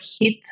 hit